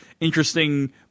interesting